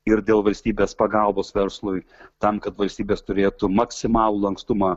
ir dėl valstybės pagalbos verslui tam kad valstybės turėtų maksimalų lankstumą